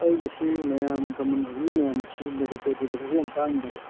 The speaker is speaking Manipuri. ꯑꯩꯒꯤꯁꯤ ꯃꯌꯥꯝ ꯀꯃꯟ ꯍꯧꯖꯤꯛ ꯍꯧꯖꯤꯛ ꯃꯌꯥꯝꯅ ꯁꯤꯖꯤꯟꯅꯔꯤ ꯄꯣꯠꯇꯨ ꯄꯩꯁꯥꯁꯤ ꯌꯥꯝ ꯇꯥꯡꯗꯕ